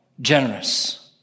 generous